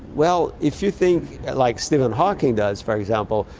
well, if you think like stephen hawking does, for example,